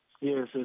yes